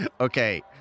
Okay